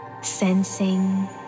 sensing